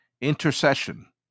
intercession